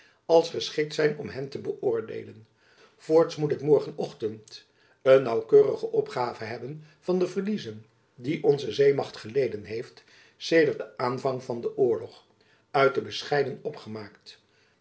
als geschikt zijn om hen te beöordeelen voorts moet ik morgen ochtend een naauwkeurige opgave hebben van de verliezen die onze zeemacht geleden heeft sedert den aanvang van den oorlog uit de bescheiden opgemaakt